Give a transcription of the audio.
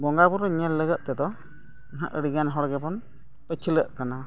ᱵᱚᱸᱜᱟᱼᱵᱩᱨᱩ ᱧᱮᱞ ᱞᱟᱹᱜᱤᱫ ᱛᱮᱫᱚ ᱱᱟᱦᱟᱜ ᱟᱹᱰᱤᱜᱟᱱ ᱦᱚᱲ ᱜᱮᱵᱚᱱ ᱯᱟᱹᱪᱷᱞᱟᱹᱜ ᱠᱟᱱᱟ